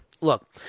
Look